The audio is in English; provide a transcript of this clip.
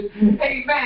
amen